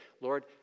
Lord